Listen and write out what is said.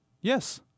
Yes